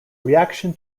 reaction